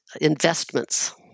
investments